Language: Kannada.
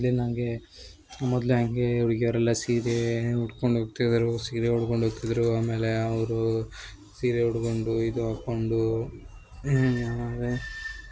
ಮೊದ್ಲಿನ ಹಾಗೆ ಮೊದ್ಲ ಹ್ಯಾಂಗೆ ಹುಡುಗ್ಯರ ಎಲ್ಲಾ ಸೀರೆ ಉಟ್ಕೊಂಡು ಹೋಗ್ತಿದ್ರು ಸೀರೆ ಉಟ್ಕೊಂಡು ಹೋಗ್ತಿದ್ದರು ಆಮೇಲೆ ಅವರು ಸೀರೆ ಉಟ್ಕೊಂಡು ಇದು ಹಾಕೊಂಡು